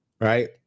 Right